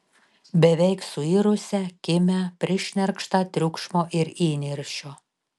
beveik suirusią kimią prišnerkštą triukšmo ir įniršio